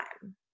time